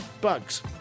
bugs